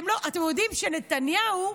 אתם יודעים שנתניהו,